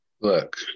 Look